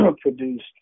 produced